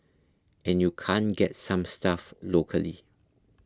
and you can't get some stuff locally